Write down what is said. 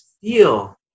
feel